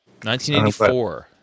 1984